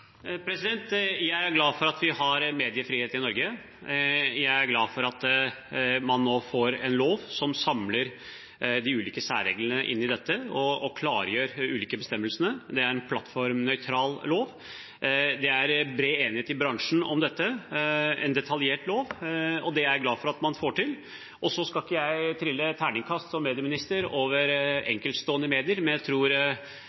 Jeg er glad for at vi har mediefrihet i Norge. Jeg er glad for at man nå får en lov som samler de ulike særreglene og klargjør de ulike bestemmelsene. Det er en plattformnøytral lov. Det er bred enighet i bransjen om dette, det er en detaljert lov, og det er jeg glad for at man får til. Så skal ikke jeg som medieminister trille terningkast